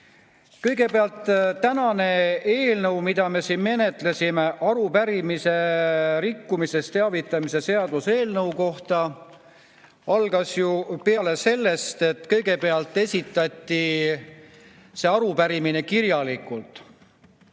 Kõigepealt, see, mida me täna menetlesime, arupärimine rikkumisest teavitamise seaduse eelnõu kohta, algas peale ju sellest, et kõigepealt esitati see arupärimine kirjalikult.